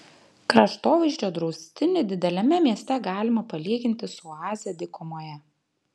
kraštovaizdžio draustinį dideliame mieste galima palyginti su oaze dykumoje